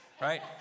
right